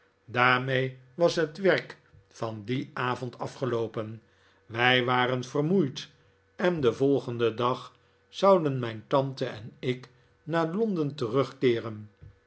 daarmee was het werk van dien avond afgeloopen wij waren vermoeid en den volgenden dag zouden mijn tante en ik naar londen terugkeeren